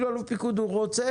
אפילו אלוף הפיקוד הוא רוצה,